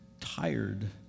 tired